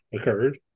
occurred